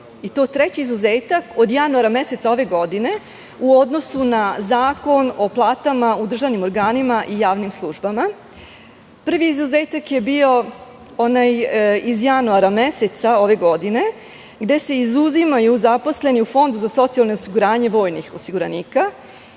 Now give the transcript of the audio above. i to treći izuzetak od januara meseca ove godine u odnosu na Zakon o platama u državnim organima i javnim službama. Prvi izuzetak je bio onaj iz januara meseca ove godine, gde se izuzimaju zaposleni u Fondu za socijalno osiguranje vojnih osiguranika.